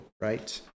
right